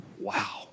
wow